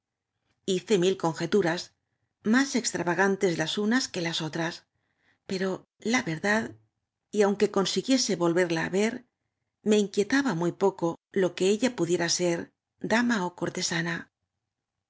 hice mil con jeturas más extravagantes las unas qae las otras pero la verdad y aunque consiguiese vol verla é ver me inquietaba muy poco lo quo ella pudiera ser dama ó cortesana